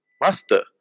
Master